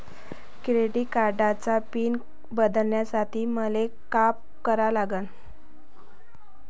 Credit कार्डाचा PIN बदलासाठी मले का करा लागन?